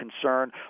concern